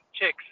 chicks